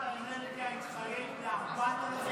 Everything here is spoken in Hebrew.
בבקשה, לרשותך שלוש דקות, תודה רבה.